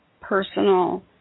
personal